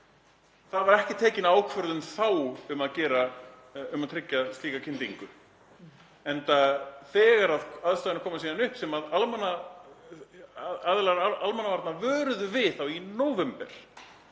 Það var ekki tekin ákvörðun þá um að tryggja slíka kyndingu. En þegar aðstæðurnar komu síðan upp sem aðilar almannavarna vöruðu við í nóvember